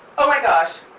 oh my gosh.